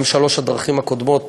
גם שלוש הדרכים הקודמות,